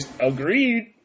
Agreed